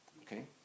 okay